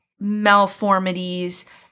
malformities